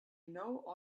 know